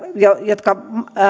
jotka